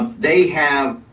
they have